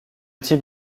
type